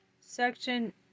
Section